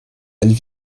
elles